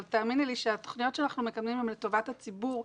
אבל תאמיני לי שהתוכניות שאנחנו מקדמים הן לטובת הציבור,